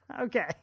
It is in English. okay